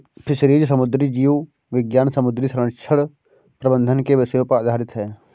fisheries समुद्री जीव विज्ञान समुद्री संरक्षण प्रबंधन के विषयों पर आधारित है